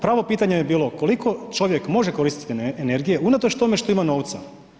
Pravo pitanje je bilo, koliko čovjek može koristiti energije unatoč tome što ima novca.